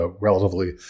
relatively